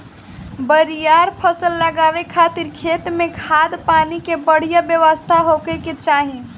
बरियार फसल लगावे खातिर खेत में खाद, पानी के बढ़िया व्यवस्था होखे के चाही